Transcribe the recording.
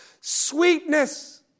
Sweetness